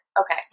Okay